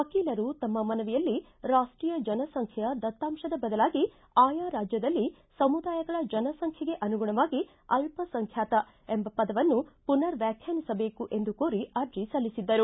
ವಕೀಲರು ತಮ್ಮ ಮನವಿಯಲ್ಲಿ ರಾಷ್ವೀಯ ಜನಸಂಬೈಯ ದತ್ತಾಂಶದ ಬದಲಾಗಿ ಆಯಾ ರಾಜ್ಯದಲ್ಲಿ ಸಮುದಾಯಗಳ ಜನಸಂಖ್ಯೆಗೆ ಅನುಗುಣವಾಗಿ ಅಲ್ಲಸಂಖ್ಯಾತ ಎಂಬ ಪದವನ್ನು ಪುನರ್ ವ್ಯಾಖ್ಯಾನಿಸಬೇಕು ಎಂದು ಕೋರಿ ಅರ್ಜಿ ಸಲ್ಲಿಸಿದ್ದರು